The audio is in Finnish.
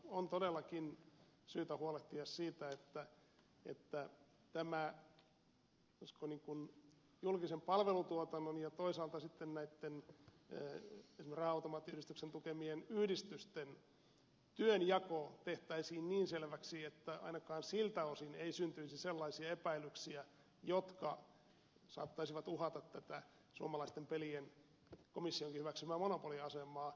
on todellakin syytä huolehtia siitä että tämä sanoisiko julkisen palvelutuotannon ja toisaalta sitten esimerkiksi raha automaattiyhdistyksen tukemien yhdistysten työnjako tehtäisiin niin selväksi että ainakaan siltä osin ei syntyisi sellaisia epäilyksiä jotka saattaisivat uhata tätä komissionkin hyväksymää suomalaisten pelien monopoliasemaa